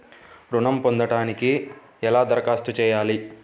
ఋణం పొందటానికి ఎలా దరఖాస్తు చేయాలి?